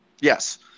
Yes